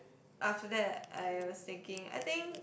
after that I was thinking I think